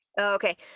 Okay